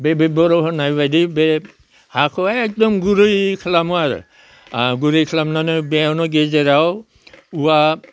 बे बे बर'होनायबायदि बे हाखौ एखदम गुरै खालामो आरो गुरै खालामनानै बेयावनो गेजेराव औवा